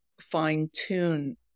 fine-tune